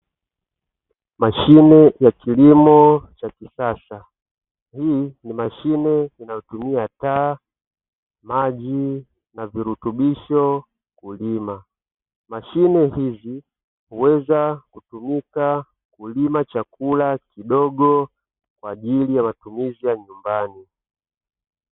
Mashine ya kilimo cha kisasa, hii ni mashine inayotumia taa, maji na virutubisho kulima. Mashine hizi huweza kutumika kulima chakula kidogo kwa ajili ya matumizi ya nyumbani.